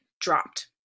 dropped